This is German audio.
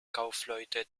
kaufleute